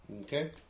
Okay